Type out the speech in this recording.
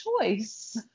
choice